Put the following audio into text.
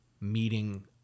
meeting